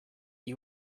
you